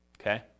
Okay